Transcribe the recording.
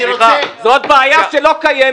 זו בעיה שקיימת.